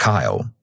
Kyle